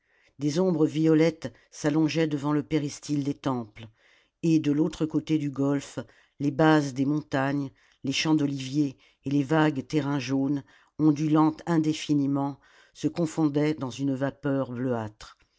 des ombres violettes s'allongeaient devant le péristyle des temples et de l'autre côté du golfe les bases des montagnes les champs d'oliviers et les vagues terrains jaunes ondulant indéfiniment se confondaient dans une vapeur